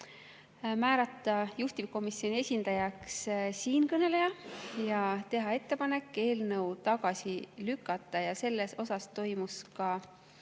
määrata juhtivkomisjoni esindajaks siinkõneleja ja teha ettepanek eelnõu tagasi lükata. Selle üle toimus ka